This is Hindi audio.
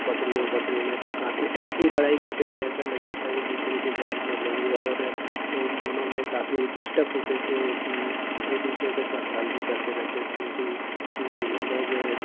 बकरियों बकरे में तो काफ़ी ऐसी लड़ाई करते थे ऐसा लगता था एक दूसरे की जान ले लेंगे और इन दोनों में काफ़ी डिस्टर्ब होते थे कि एक दूसरे को परेशान भी करते रहते थे कि कि इन लोग